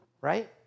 Right